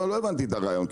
לא הבנתי את הרעיון,